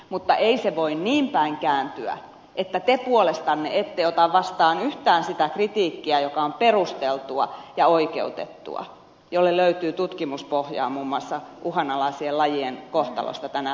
mutta ei se voi niin päin kääntyä että te puolestanne ette ota vastaan yhtään sitä kritiikkiä joka on perusteltua ja oikeutettua jolle löytyy tutkimuspohjaa muun muassa uhanalaisien lajien kohtalosta tänä päivänä